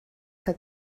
had